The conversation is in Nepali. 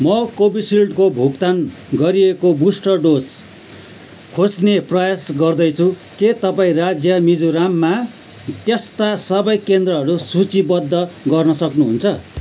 म कोभिसिल्डको भुक्तान गरिएको बुस्टर डोज खोज्ने प्रयास गर्दैछु के तपाईँ राज्य मिजोराममा त्यस्ता सबै केन्द्रहरू सूचीबद्ध गर्न सक्नुहुन्छ